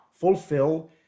fulfill